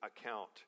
account